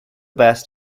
best